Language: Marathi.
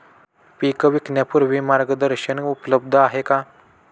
पीक विकण्यापूर्वी मार्गदर्शन उपलब्ध आहे का?